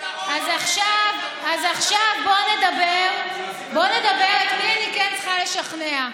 אז עכשיו בואו נדבר על את מי אני כן צריכה לשכנע.